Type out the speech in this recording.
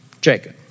Jacob